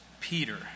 Peter